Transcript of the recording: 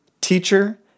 teacher